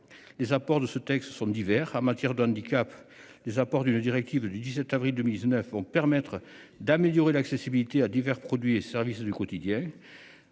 Les apports de ce texte sont divers. En matière de handicap les apports d'une directive de le 17 avril 2019, vont permettre d'améliorer l'accessibilité à divers produits et services du quotidien.